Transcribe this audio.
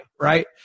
right